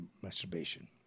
masturbation